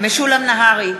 משולם נהרי,